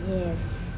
yes